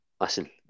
listen